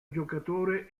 giocatore